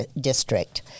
District